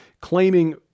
claiming